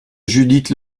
judith